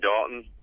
Dalton